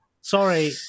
Sorry